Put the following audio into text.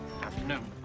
afternoon.